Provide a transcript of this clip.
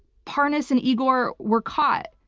parnas and igor were caught.